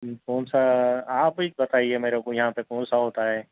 کون سا آپ ہیچ بتائیے میرے کو یہاں پر کون سا ہوتا ہے